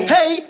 Hey